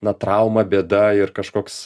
na trauma bėda ir kažkoks